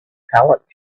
pallet